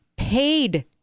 Paid